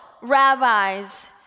rabbis